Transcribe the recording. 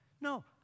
No